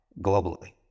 globally